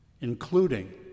including